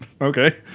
Okay